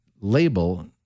label